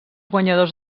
guanyadors